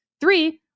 Three